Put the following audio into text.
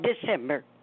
December